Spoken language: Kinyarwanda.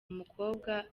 umukobwa